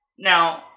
Now